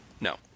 No